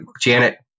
Janet